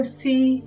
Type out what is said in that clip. see